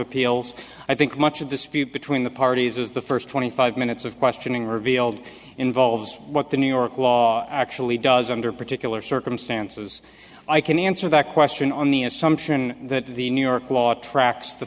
appeals i think much of this feud between the parties is the first twenty five minutes of questioning revealed involves what the new york law actually does under particular circumstances i can answer that question on the assumption that the new york law tracks the